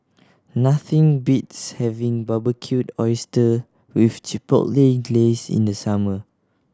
nothing beats having Barbecued Oyster with Chipotle Glaze in the summer